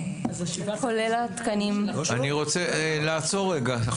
אני רוצה לעצור רגע.